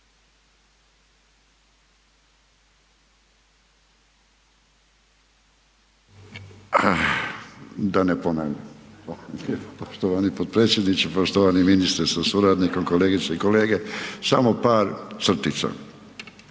lijepo poštovani podpredsjedniče, poštovani ministre sa suradnikom, kolegice i kolege. Samo par crtica,